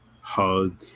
hug